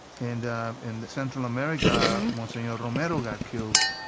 and in central america, monsignor romero got killed.